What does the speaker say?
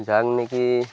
যাক নেকি